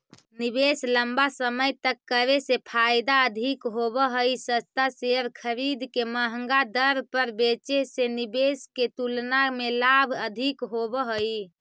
निवेश लंबा समय तक करे से फायदा अधिक होव हई, सस्ता शेयर खरीद के महंगा दर पर बेचे से निवेश के तुलना में लाभ अधिक होव हई